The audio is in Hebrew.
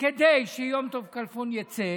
כדי שיום טוב כלפון יצא,